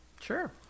sure